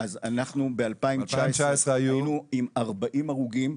אז ב-2019 היינו עם 40 הרוגים,